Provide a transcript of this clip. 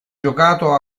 giocato